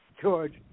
George